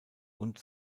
und